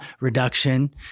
reduction